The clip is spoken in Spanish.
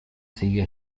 sigue